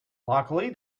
luckily